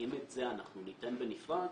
שאם את זה אנחנו ניתן בנפרד,